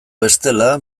bestela